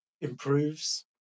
improves